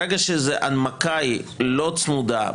ברגע שההנמקה היא לא צמודה,